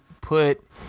put